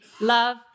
love